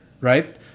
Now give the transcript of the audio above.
right